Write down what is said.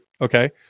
Okay